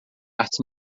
artes